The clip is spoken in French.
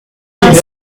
vingt